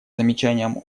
замечанием